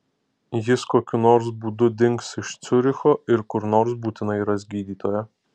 jis kokiu nors būdu dings iš ciuricho ir kur nors būtinai ras gydytoją